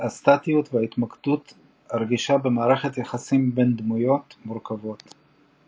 הסטטיות וההתמקדות הרגישה במערכות יחסים בין דמויות מורכבות.